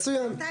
מצוין.